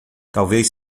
talvez